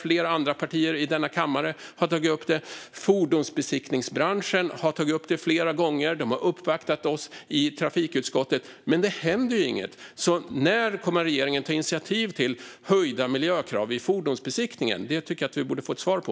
Flera andra partier i denna kammare har tagit upp det. Fordonsbesiktningsbranschen har tagit upp det flera gånger och uppvaktat oss i trafikutskottet. Men det händer ju inget. När kommer regeringen att ta initiativ till höjda miljökrav vid fordonsbesiktning? Det tycker jag att vi borde få ett svar på.